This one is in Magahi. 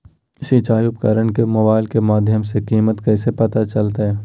सिंचाई उपकरण के मोबाइल के माध्यम से कीमत कैसे पता चलतय?